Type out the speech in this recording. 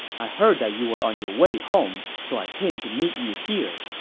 i heard that you were on your way home, so i came to meet you here.